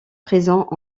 présents